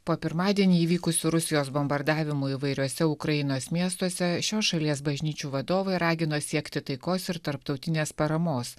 po pirmadienį įvykusių rusijos bombardavimų įvairiuose ukrainos miestuose šios šalies bažnyčių vadovai ragino siekti taikos ir tarptautinės paramos